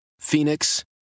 Phoenix